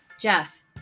Jeff